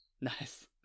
Nice